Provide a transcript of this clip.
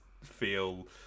feel